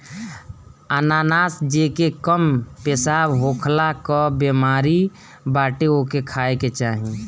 अनानास जेके कम पेशाब होखला कअ बेमारी बाटे ओके खाए के चाही